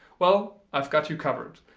well i've got you covered.